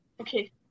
Okay